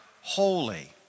holy